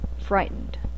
frightened